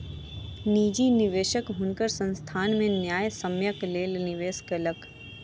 निजी निवेशक हुनकर संस्थान में न्यायसम्यक लेल निवेश केलक